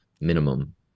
minimum